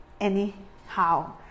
anyhow